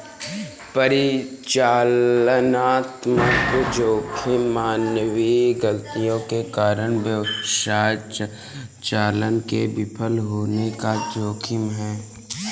परिचालनात्मक जोखिम मानवीय गलतियों के कारण व्यवसाय संचालन के विफल होने का जोखिम है